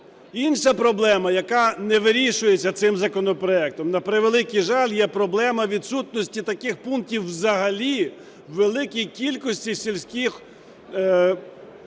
Інша проблема, яка не вирішується цим законопроектом, на превеликий жаль, є проблема відсутності таких пунктів взагалі у великій кількості сільських